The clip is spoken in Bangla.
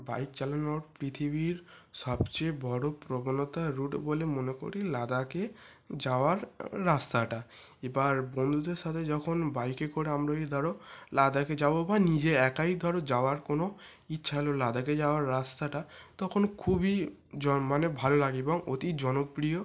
বাইক চালানোর পৃথিবীর সবচেয়ে বড় প্রগলতা রুট বলে মনে করি লাদাখে যাওয়ার রাস্তাটা এবার বন্ধুদের সাথে যখন বাইকে করে আমরা যদি ধর লাদাখে যাব বা নিজে একাই ধর যাওয়ার কোনো ইচ্ছা হল লাদাখে যাওয়ার রাস্তাটা তখন খুবই মানে ভাল লাগে এবং অতি জনপ্রিয়